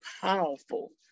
powerful